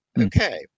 Okay